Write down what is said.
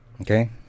Okay